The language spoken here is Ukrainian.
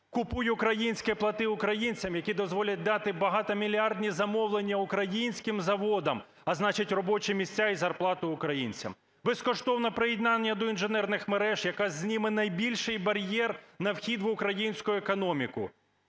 "Купуй українське, плати українцям", які дозволять дати багатомільярдні замовлення українським заводам, а значить, робочі місця і зарплати українцям; безкоштовне приєднання до інженерних мереж, яке зніме найбільший бар'єр на вхід в українську економіку.